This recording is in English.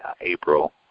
April